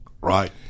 Right